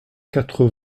quatre